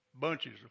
bunches